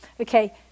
Okay